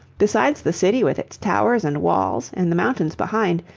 besides the city with its towers and walls and the mountains behind,